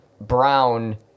brown